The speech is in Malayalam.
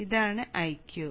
അതിനാൽ ഇതാണ് Iq